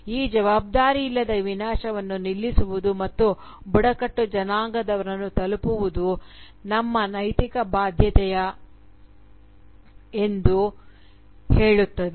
ಈ ಜವಾಬ್ದಾರಿ ಇಲ್ಲದ ವಿನಾಶವನ್ನು ನಿಲ್ಲಿಸುವುದು ಮತ್ತು ಬುಡಕಟ್ಟು ಜನಾಂಗದವರನ್ನು ತಲುಪುವುದು ನಮ್ಮ ನೈತಿಕ ಬಾಧ್ಯತೆ ಎಂದು ಹೇಳುತ್ತದೆ